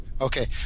Okay